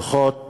הדוחות